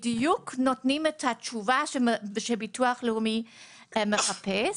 בדיוק את התשובה והמידע שביטוח לאומי מחפש.